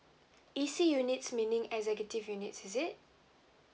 E_C units meaning executive units is it